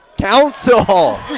Council